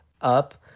up